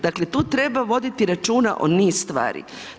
Dakle tu treba voditi računa o niz stvari.